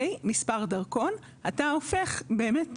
אתה הופך באמת,